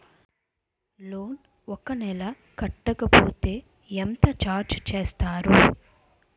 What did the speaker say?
Loan ఒక నెల కట్టకపోతే ఎంత ఛార్జ్ చేస్తారు?